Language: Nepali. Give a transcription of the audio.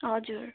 हजुर